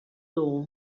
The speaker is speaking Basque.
dugu